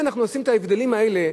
אם אנחנו עושים את ההבדלים האלה,